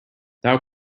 thou